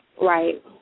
Right